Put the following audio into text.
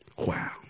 Wow